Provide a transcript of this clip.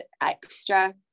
extra